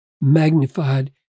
magnified